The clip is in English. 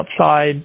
outside